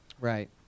Right